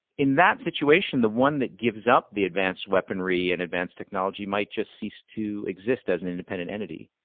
in that situation, the one that gives up the advanced weaponry and advanced technology might just cease to exist as an independent entity.